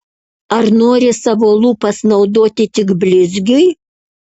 ar nori savo lūpas naudoti tik blizgiui